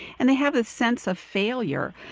and they have this sense of failure.